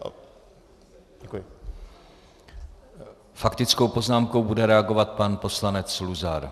S faktickou poznámkou bude reagovat pan poslanec Luzar.